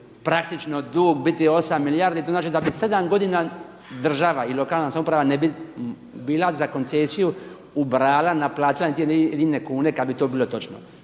praktično dug biti 8 milijardi, to znači da bi sedam godina država i lokalna samouprava ne bi bila za koncesiju ubrajala, naplaćivala nijedne kune kad bi to bilo točno.